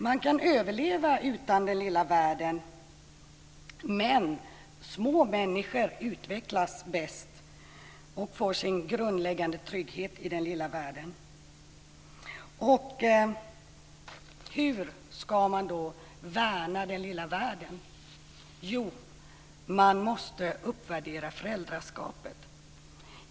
Man kan överleva utan den lilla världen, men små människor utvecklas bäst och får sin grundläggande trygghet i den lilla världen. Hur ska man då värna den lilla världen? Jo, man måste uppvärdera föräldraskapet.